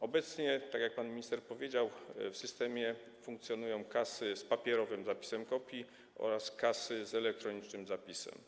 Obecnie, tak jak pan minister powiedział, w systemie funkcjonują kasy z papierowym zapisem kopii oraz kasy z elektronicznym zapisem.